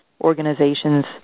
organizations –